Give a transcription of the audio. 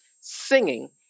singing